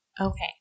Okay